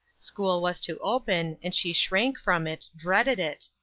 school was to open, and she shrank from it, dreaded it.